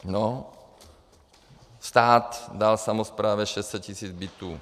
No, stát dal samosprávě 600 tisíc bytů.